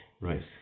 Right